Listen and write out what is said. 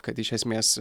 kad iš esmės